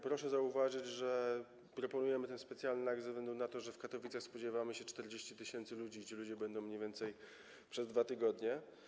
Proszę zauważyć, że proponujemy ten specjalny akt ze względu na to, że w Katowicach spodziewamy się 40 tys. ludzi i ci ludzie będą tam mniej więcej przez 2 tygodnie.